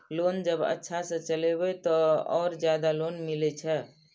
Loan जब अच्छा से चलेबे तो और ज्यादा लोन मिले छै?